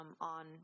on